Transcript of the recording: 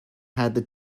had